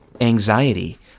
Anxiety